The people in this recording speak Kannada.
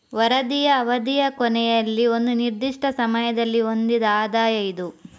ವರದಿಯ ಅವಧಿಯ ಕೊನೆಯಲ್ಲಿ ಒಂದು ನಿರ್ದಿಷ್ಟ ಸಮಯದಲ್ಲಿ ಹೊಂದಿದ ಆದಾಯ ಇದು